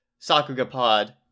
SakugaPod